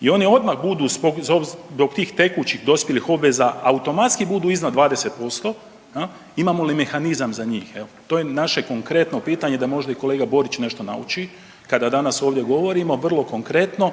i oni odmah budu zbog tih tekućih dospjelih obveza automatski budu iznad 20% jel, imamo li mehanizam za njih. Evo, to je naše konkretno pitanje da možda i kolega Borić nešto nauči kada danas ovdje govorimo vrlo konkretno